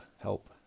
Help